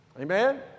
Amen